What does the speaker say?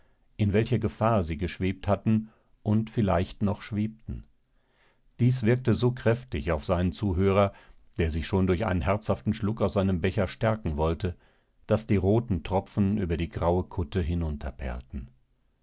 in welcher gefahr sie geschwebt hatten und vielleicht noch schwebten dies wirkte so kräftig auf seinen zuhörer der sich schon durch einen herzhaften schluck aus seinem becher stärken wollte daß die roten tropfen über die graue kutte